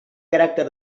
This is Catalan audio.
caràcter